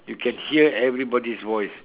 you can hear everybody's voice